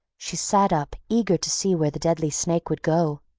she sat up, eager to see where the deadly snake would go.